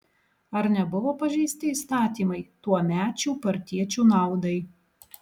ar nebuvo pažeisti įstatymai tuomečių partiečių naudai